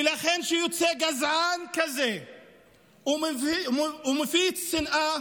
ולכן, כשיוצא גזען כזה ומפיץ שנאה,